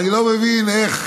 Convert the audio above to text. ואני לא מבין איך